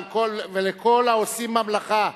ולכל העושים במלאכה,